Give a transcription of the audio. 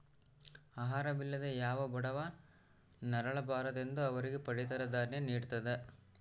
ಆಹಾರ ವಿಲ್ಲದೆ ಯಾವ ಬಡವ ನರಳ ಬಾರದೆಂದು ಅವರಿಗೆ ಪಡಿತರ ದಾನ್ಯ ನಿಡ್ತದ